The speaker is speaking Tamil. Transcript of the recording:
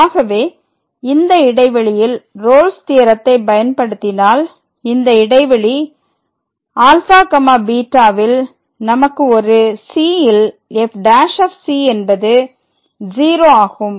ஆகவே இந்த இடைவெளியில் ரோல்ஸ் தியரத்தை பயன்படுத்தினால் இந்த இடைவெளி ∝βல் நமக்கு ஒரு cல் f ' என்பது 0 ஆகும்